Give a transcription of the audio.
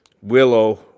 Willow